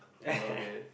okay